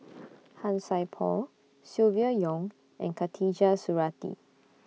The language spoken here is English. Han Sai Por Silvia Yong and Khatijah Surattee